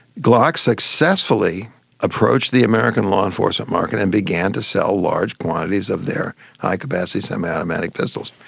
glock successfully approached the american law enforcement market and began to sell large quantities of their high-capacity semiautomatic pistols.